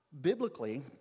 Biblically